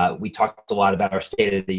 ah we talked a lot about our state of the